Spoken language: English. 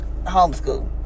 homeschool